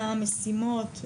מה המשימות,